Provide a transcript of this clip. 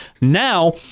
Now